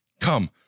come